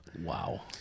wow